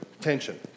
tension